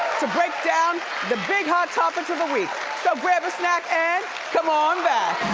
to break down the big hot topics of the week. so grab a snack and come on back.